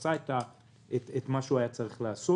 עשה את מה שהוא היה צריך לעשות.